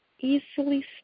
easily